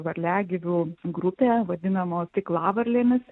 varliagyvių grupė vadinamo stiklavarlėmis